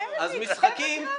זה מה שעצבן אותך?